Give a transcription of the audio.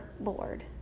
Lord